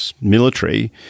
military